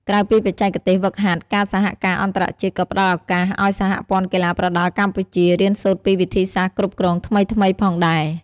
ក្រៅពីបច្ចេកទេសហ្វឹកហាត់ ការសហការអន្តរជាតិក៏ផ្តល់ឱកាសឲ្យសហព័ន្ធកីឡាប្រដាល់កម្ពុជា រៀនសូត្រពីវិធីសាស្ត្រគ្រប់គ្រងថ្មីៗផងដែរ។